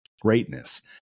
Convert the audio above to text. greatness